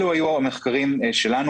אלו היו המחקרים שלנו.